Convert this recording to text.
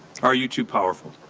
are you too powerful?